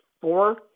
four